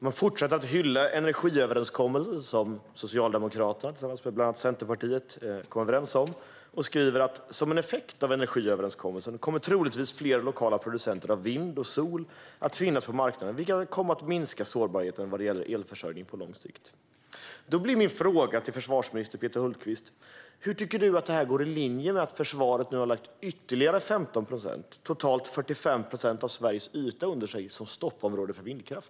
Man fortsätter att hylla energiöverenskommelsen som Socialdemokraterna gjorde med bland annat Centerpartiet och skriver: "Som en effekt av överenskommelsen kommer troligtvis fler lokala producenter av både vind och solkraft att finnas på marknaden vilket kan komma att minska sårbarheten vad gäller elförsörjningen på lång sikt." Min fråga till försvarsminister Peter Hultqvist blir: På vilket sätt går det här i linje med att försvaret nu har lagt ytterligare 15 procent, och har totalt 45 procent, av Sveriges yta under sig som stoppområde för vindkraft?